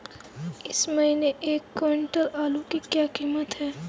इस महीने एक क्विंटल आलू की क्या कीमत है?